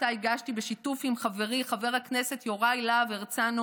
שהגשתי בשיתוף עם חברי חבר הכנסת יוראי להב הרצנו,